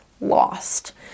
lost